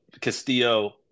Castillo